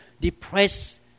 depressed